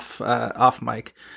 off-mic